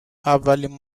اولین